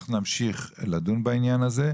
אנחנו נמשיך לדון בעניין הזה.